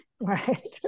right